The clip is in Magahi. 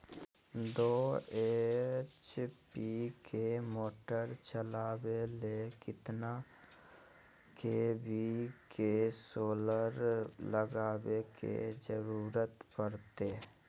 दो एच.पी के मोटर चलावे ले कितना के.वी के सोलर लगावे के जरूरत पड़ते?